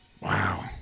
wow